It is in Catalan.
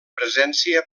presència